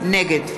נגד